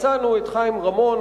מצאנו את חיים רמון,